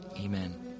Amen